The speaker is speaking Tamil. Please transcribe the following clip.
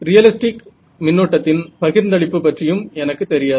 ரியலிஸ்டிக் மின்னோட்டத்தின் பகிர்ந்தளிப்பு பற்றியும் எனக்குத் தெரியாது